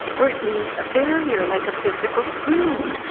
or it means a barrier, like a physical screen,